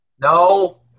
No